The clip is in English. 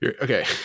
Okay